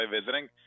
visiting